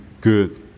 good